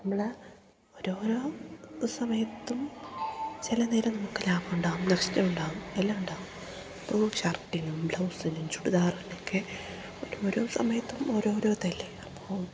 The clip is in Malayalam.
നമ്മള് ഓരോരോ സമയത്തും ചില നേരം നമുക്ക് ലാഭം ഉണ്ടാകും നഷ്ടം ഉണ്ടാകും എല്ലാം ഉണ്ടാകും അപ്പോൾ ഷർട്ടിനും ബ്ലൗസിനും ചുടിദാറിനൊക്കെ ഓരോരോ സമയത്തും ഓരോരോ ഇതല്ലേ അപ്പോൾ